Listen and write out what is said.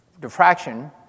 diffraction